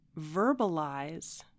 verbalize